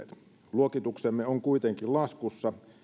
luokituksemme on kuitenkin laskussa